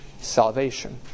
salvation